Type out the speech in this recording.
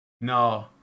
No